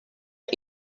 are